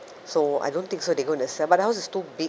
so I don't think so they're going to sell but the house is too big